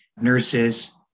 nurses